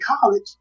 college